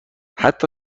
حتی